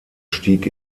stieg